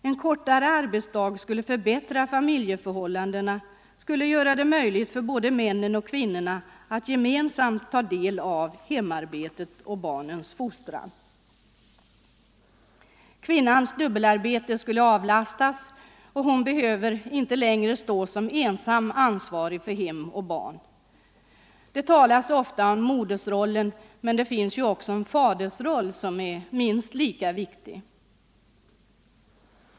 En kortare arbetsdag skulle förbättra familjeförhållandena, den skulle göra det möjligt för männen och kvinnorna att gemensamt ta del i hemarbetet och barnens fostran. Kvinnans dubbelarbete skulle avlastas och hon skulle inte längre behöva stå som ensam ansvarig för hem och barn. Det talas ofta om modersrollen, men det finns också en fadersroll, som är minst lika viktig.